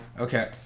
Okay